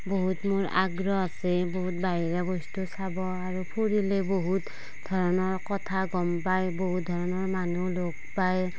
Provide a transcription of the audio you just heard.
বহুত মোৰ আগ্ৰহ আছে বহুত বাহিৰা বস্তু চাব আৰু ফুৰিলে বহুত ধৰণৰ কথা গম পায় বহুত ধৰণৰ মানুহ লগ পায়